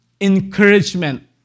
encouragement